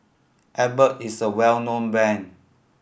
Abbott is a well known brand